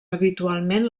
habitualment